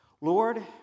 Lord